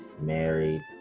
married